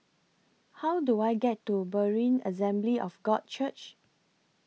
How Do I get to Berean Assembly of God Church